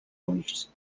ulls